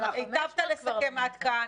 היטבת לסכם עד כאן.